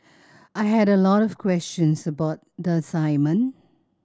I had a lot of questions about the assignment